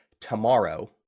tomorrow